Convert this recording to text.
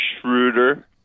Schroeder